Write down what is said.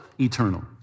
eternal